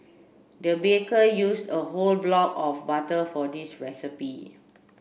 the baker used a whole block of butter for this recipe